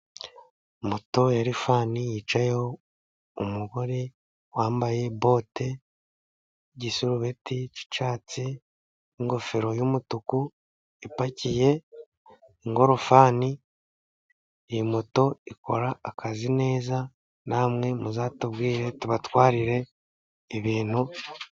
Moto ya rifani yicayeho umugore wambaye bote, igisarubeti cy'icyatsi, n'ingofero y'umutuku ipakiye ingorofani. Iyi moto ikora akazi neza, namwe muzatubwire tubatwarire ibintu.